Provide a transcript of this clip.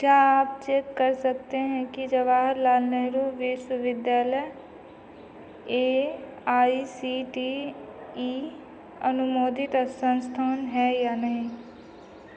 क्या आप चेक कर सकते हैं कि जवाहरलाल नेहरू विश्वविद्यालय A I C T E अनुमोदित संस्थान है या नहीं